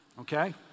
okay